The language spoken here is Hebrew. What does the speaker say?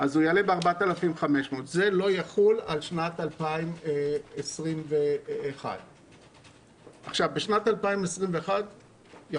אז זה לא יחול על שנת 2021. בשנת 2021 יכול